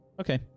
Okay